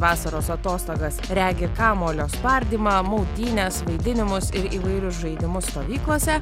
vasaros atostogas regi kamuolio spardymą maudynes vaidinimus ir įvairius žaidimus stovyklose